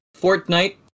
Fortnite